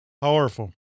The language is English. Powerful